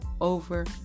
over